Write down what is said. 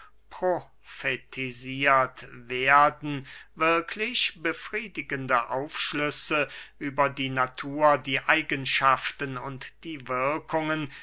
werden wirklich befriedigende aufschlüsse über die natur die eigenschaften und die wirkungen